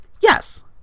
yes